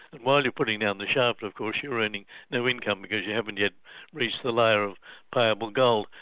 and while you're putting down the shaft of course, you were earning no income because you haven't yet reached the layer of payable gold,